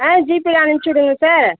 ஆ ஜிபேவில் அனுப்பிச்சி விடுங்க சார்